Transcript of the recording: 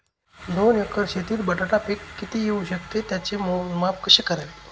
दोन एकर शेतीत बटाटा पीक किती येवू शकते? त्याचे मोजमाप कसे करावे?